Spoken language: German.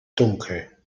dunkel